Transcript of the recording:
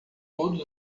todos